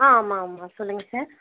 ஆ ஆமாம் ஆமாம் சொல்லுங்கள் சார்